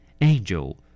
Angel